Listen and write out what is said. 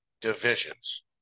divisions